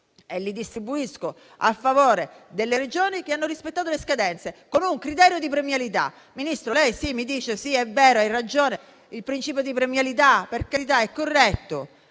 e distribuiti a favore delle Regioni che hanno rispettato le scadenze, con un criterio di premialità. Ministro, lei mi dice che è vero e che ho ragione: il principio di premialità è corretto,